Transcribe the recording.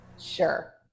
Sure